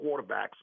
quarterbacks